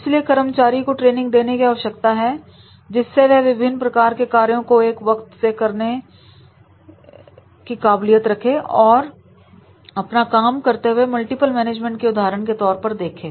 इसलिए कर्मचारी को ट्रेनिंग देने की आवश्यकता है जिससे वह विभिन्न प्रकार के कार्यों को एक वक्त से करने थी काबिलियत रखें और अपना काम करते हुए मल्टीपल मैनेजमेंट के उदाहरण के तौर पर देखें